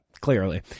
Clearly